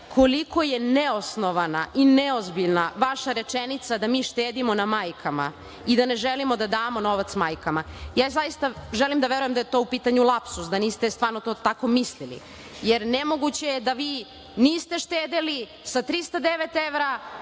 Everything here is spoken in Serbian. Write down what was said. koliko je neosnovana i neozbiljna vaša rečenica da mi štedimo na majkama i da ne želimo da damo novac majkama. Zaista želim da verujem da je to u pitanju lapsus, da niste stvarno to tako mislili jer nemoguće je da vi niste štedeli sa 309 evra,